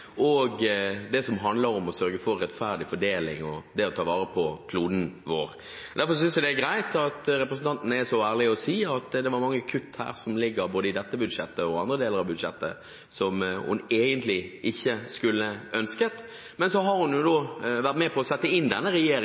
og det som handler om å sørge for rettferdig fordeling og å ta vare på kloden vår. Derfor synes jeg det er greit at representanten er så ærlig å si at det var mange kutt som ligger både i dette budsjettet og i andre deler av budsjettet, som hun egentlig ikke skulle ønsket. Men så har hun vært med på å sette inn denne